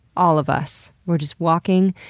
all of us. we are just walking,